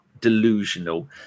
delusional